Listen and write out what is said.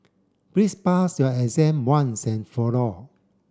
please pass your exam once and for all